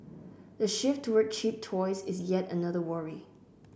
the shift toward cheap toys is yet another worry